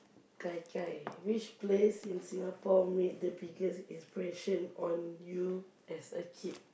gai gai which place in Singapore made the biggest inspiration on you as a kid